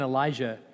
Elijah